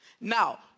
Now